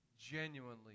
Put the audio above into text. genuinely